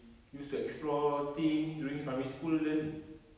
used to explore things during primary school kan